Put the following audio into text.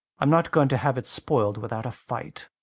i'm not going to have it spoiled without a fight.